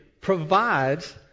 provides